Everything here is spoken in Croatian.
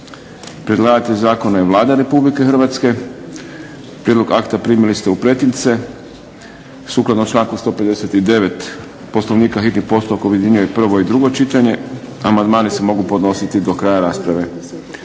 Predlagatelj zakona je Vlada Republike Hrvatske. Prijedlog akta primili ste u pretince. Sukladno članku 159. Poslovnika hitni postupak objedinjuje prvo i drugo čitanje. Amandmani se mogu podnositi do kraja rasprave.